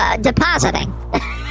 depositing